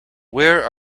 where